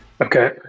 Okay